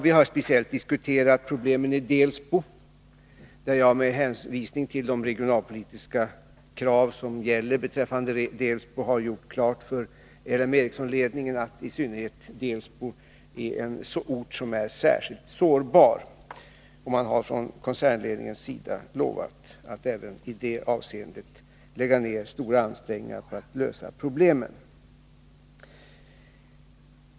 Vi har speciellt diskuterat problemen i Delsbo, där jag med hänvisning till de regionalpolitiska krav som gäller har gjort klart för LM Ericssonledningen att i synnerhet Delsbo är en ort som är särskilt sårbar. Och man har från koncernledningens sida lovat att även i det avseendet lägga ned stora ansträngningar på att lösa problemen.